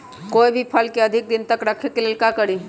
कोई भी फल के अधिक दिन तक रखे के लेल का करी?